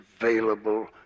available